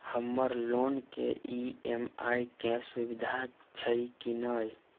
हम्मर लोन केँ ई.एम.आई केँ सुविधा छैय की नै?